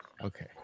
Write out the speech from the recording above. Okay